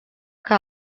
que